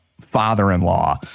father-in-law